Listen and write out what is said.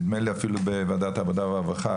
נדמה לי אפילו בוועדת העבודה והרווחה,